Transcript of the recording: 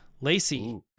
Lacey